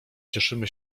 cieszymy